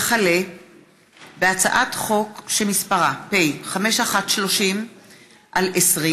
וכלה בהצעת חוק פ/5130/20: